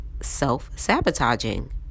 self-sabotaging